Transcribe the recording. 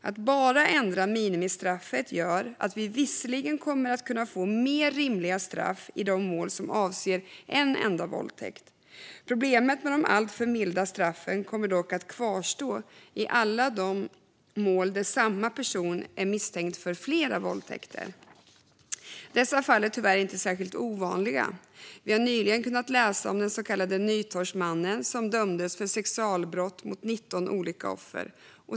Att bara ändra minimistraffet gör att vi visserligen kommer att kunna få mer rimliga straff i de mål som avser en enda våldtäkt, men problemet med de alltför milda straffen kommer dock att kvarstå i alla de mål där samma person är misstänkt för flera våldtäkter. Dessa fall är tyvärr inte särskilt ovanliga. Vi har nyligen kunnat läsa om den så kallade Nytorgsmannen, som dömdes för sexualbrott mot 19 olika offer.